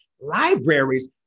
libraries